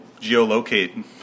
Geolocate